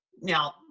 Now